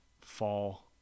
fall